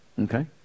Okay